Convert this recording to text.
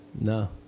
No